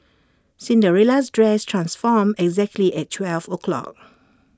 Cinderella's dress transformed exactly at twelve o' clock